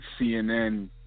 CNN